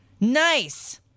Nice